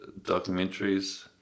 documentaries